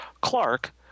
Clark